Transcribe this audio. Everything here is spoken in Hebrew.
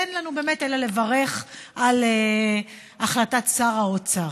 ואין לנו באמת אלא לברך על החלטת שר האוצר.